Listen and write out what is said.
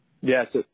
Yes